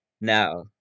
now